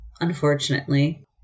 unfortunately